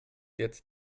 jetzt